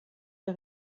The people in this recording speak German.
der